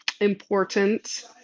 important